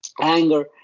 anger